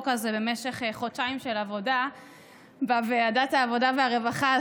הזה במשך חודשיים של עבודה בוועדת העבודה והרווחה,